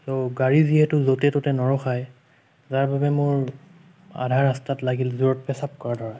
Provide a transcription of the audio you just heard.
গাড়ী যিহেতু য'তে ত'তে নৰখাই যাৰ বাবে মোৰ আধা ৰাস্তাত লাগিল জোৰত পেচাব কৰা ধৰা